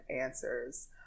answers